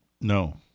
No